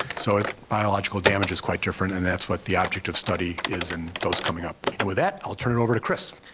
so biological damage is quite different and that's what the object of study is in those coming up. and with that, i'll turn it over to chris.